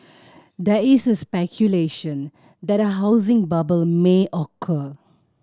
there is a speculation that a housing bubble may occur